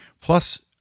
Plus